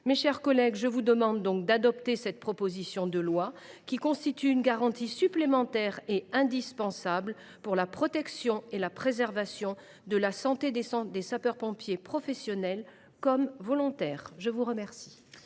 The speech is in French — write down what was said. Mes chers collègues, je vous demande donc d’adopter cette proposition de loi, qui constitue une garantie supplémentaire et indispensable pour la protection et la préservation de la santé des sapeurs pompiers, professionnels comme volontaires. La parole